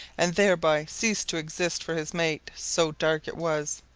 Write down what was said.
and thereby ceased to exist for his mate, so dark it was